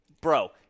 bro